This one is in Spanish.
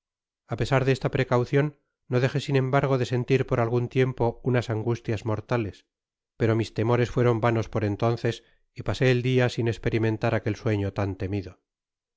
tocador apesar de esta precaucion no dejé sin embargo de sentir por algun tiempo unas angustias mortales pero mis'temores fueron vanos por entonces y pasé et dia sin esperimentar aquel sueño tan temido